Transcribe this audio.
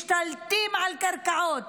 משתלטים על קרקעות,